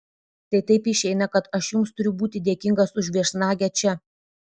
tai taip išeina kad aš jums turiu būti dėkingas už viešnagę čia